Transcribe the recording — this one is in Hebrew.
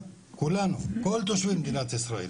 כולנו, כל תושבי מדינת ישראל.